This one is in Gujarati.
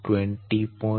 6 20